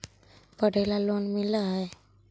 पढ़े ला लोन मिल है?